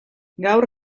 gaur